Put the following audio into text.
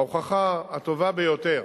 ההוכחה הטובה ביותר